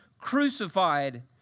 crucified